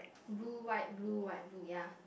blue white blue white blue ya